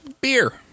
Beer